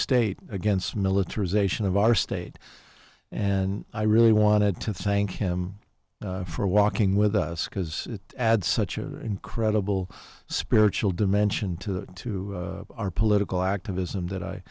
state against militarization of our state and i really wanted to thank him for walking with us because it adds such an incredible spiritual dimension to to our political activism that i